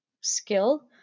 skill